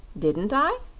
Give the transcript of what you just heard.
didn't i?